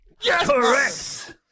Yes